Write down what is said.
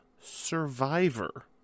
Survivor